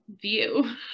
view